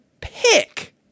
pick